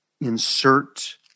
insert